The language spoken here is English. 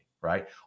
Right